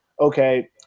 okay